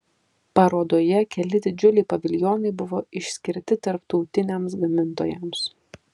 parodoje keli didžiuliai paviljonai buvo išskirti tarptautiniams gamintojams